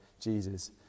Jesus